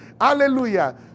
hallelujah